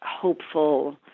hopeful